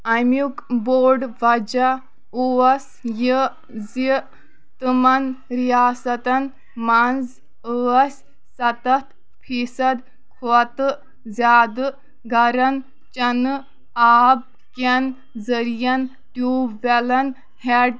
اَمیُک بوٚڈ وجہ اوس یہِ زِ تِمَن ریاستَن منٛز ٲس سَتَتھ فی صَد کھۄتہٕ زِیٛادٕ گَرَن چَنہٕ آب کٮ۪ن ذٔریعین ٹیٛوٗب ویلن ہیڈ